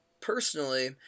personally